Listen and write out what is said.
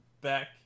back